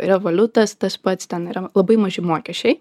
revoliutas tas pats ten yra labai maži mokesčiai